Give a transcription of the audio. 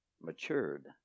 matured